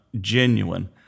genuine